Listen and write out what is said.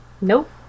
Nope